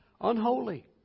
Unholy